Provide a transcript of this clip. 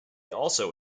also